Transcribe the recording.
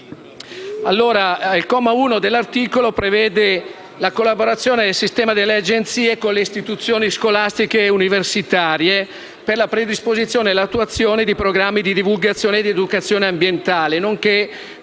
Il comma 1 dell'articolo 3 prevede la collaborazione del Sistema nazionale con le istituzioni scolastiche e universitarie per la predisposizione e l'attuazione di programmi di divulgazione e di educazione ambientale, nonché